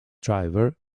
driver